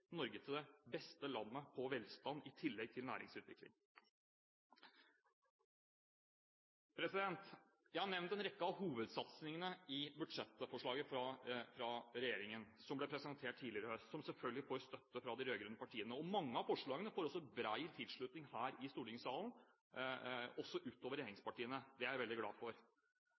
Norge som det beste landet når det gjelder velstand, i tillegg til næringsutvikling. Jeg har nevnt en rekke av hovedsatsingene i budsjettforslaget fra regjeringen, som ble presentert tidligere i høst, og som selvfølgelig får støtte fra de rød-grønne partiene. Mange av forslagene får også bred tilslutning her i stortingssalen, også utover regjeringspartiene. Det er jeg veldig glad for.